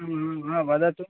वदतु